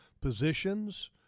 positions